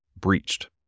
breached